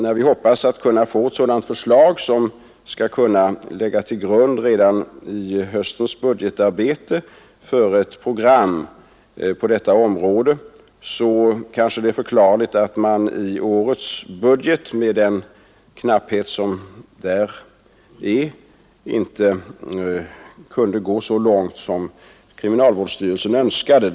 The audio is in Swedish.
När vi hoppas få ett förslag som skall kunna ligga till grund för ett program på detta område redan i höstens budgetarbete är det kanske förklarligt att man i årets budget med att nedbringa brottsligheten dess knappa anslag inte kunde gå så långt som kriminalvårdsstyrelsen önskade.